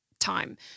time